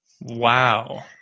Wow